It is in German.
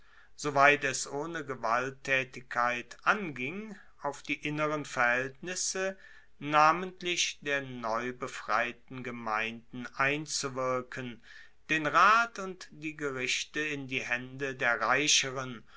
soweit es ohne gewalttaetigkeit anging auf die inneren verhaeltnisse namentlich der neubefreiten gemeinden einzuwirken den rat und die gerichte in die haende der reicheren